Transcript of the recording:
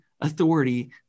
authority